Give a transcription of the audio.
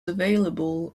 available